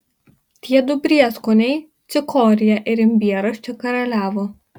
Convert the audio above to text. tie du prieskoniai cikorija ir imbieras čia karaliavo